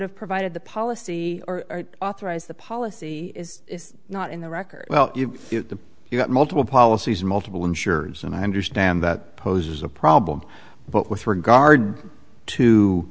have provided the policy or authorize the policy is not in the record well you've got multiple policies multiple insurers and i understand that poses a problem but with regard to